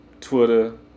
Twitter